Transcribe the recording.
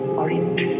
orange